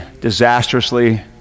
disastrously